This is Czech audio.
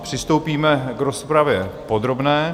Přistoupíme k rozpravě podrobné.